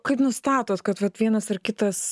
kaip nustatot kad vat vienas ar kitas